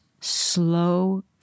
slow